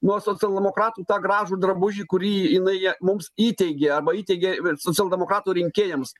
nuo socialdemokratų tą gražų drabužį kurį jinai jie mums įteigė arba įteigė ir socialdemokratų rinkėjams